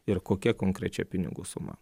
ir kokia konkrečia pinigų suma